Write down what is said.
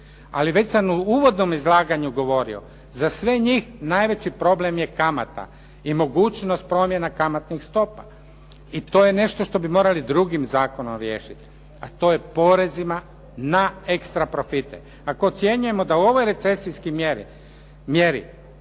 Ali već sam u uvodnom izlaganju govorio, za sve njih najveći problem je kamata i mogućnost promjena kamatnih stopa i to je nešto što bi morali drugim zakonom riješiti, a to je porezima na ekstra profite. Ako ocjenjujemo da ovoj recesiji banke